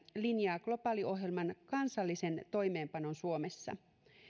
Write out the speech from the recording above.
linjaa globaaliohjelman kansallisen toimeenpanon suomessa